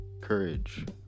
courage